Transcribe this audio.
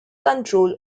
control